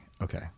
Okay